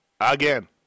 Again